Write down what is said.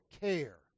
care